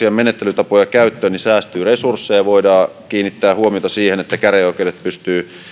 otetaan sähköisiä menettelytapoja käyttöön säästyy resursseja voidaan kiinnittää huomiota siihen että käräjäoikeudet pystyvät